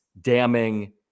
damning